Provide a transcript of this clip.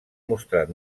mostrat